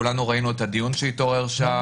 כולנו ראינו את הדיון שהתעורר שם.